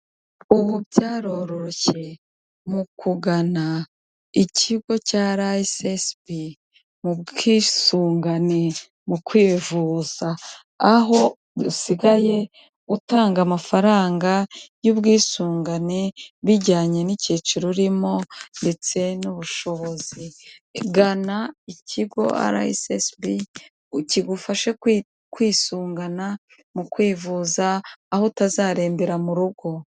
Ubu byarororoshye mu kugana ikigo cya arayesesibi mu bwisungane mu kwivuza aho usigaye utanga amafaranga y'ubwisungane bijyanye n'icyiciro urimo ndetse n'ubushobozi, gana ikigo arayesesibi kigufashe kwisungana mu kwivuza aho utazarembera m'urugo.